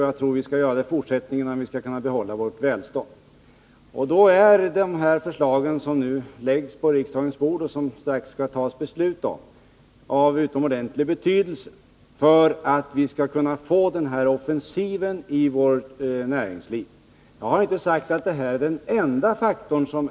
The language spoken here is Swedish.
Jag tror att vi måste göra det i fortsättningen också om vi skall kunna behålla vårt välstånd. Då är de förslag som nu läggs på riksdagens bord och som det strax skall tas beslut om av utomordentlig betydelse för att vi skall kunna få den nödvändiga offensiven i vårt näringsliv. Jag har inte sagt att detta är den enda faktorn av betydelse.